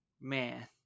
man